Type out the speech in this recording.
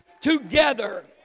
together